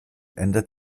ändert